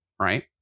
Right